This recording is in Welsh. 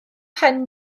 pen